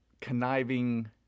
conniving